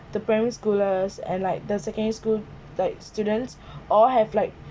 the primary schoolers and like the secondary school like students all have like